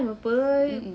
mmhmm